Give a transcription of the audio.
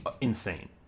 insane